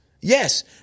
Yes